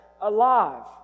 alive